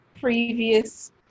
Previous